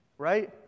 Right